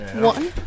One